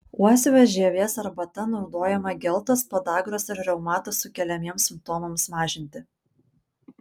uosio žievės arbata naudojama geltos podagros ir reumato sukeliamiems simptomams mažinti